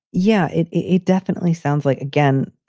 yeah it it definitely sounds like, again,